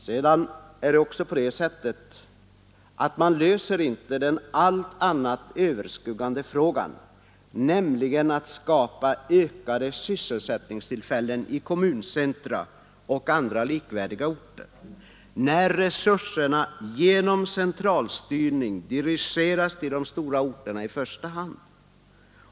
Vidare löser man inte den allt överskuggande frågan att skapa ökade sysselsättningstillfällen i kommuncentra och andra likvärdiga orter, när resurserna genom central styrning i första hand dirigeras till de stora orterna.